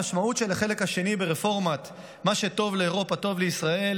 המשמעות של החלק השני ברפורמת "מה שטוב לאירופה טוב לישראל"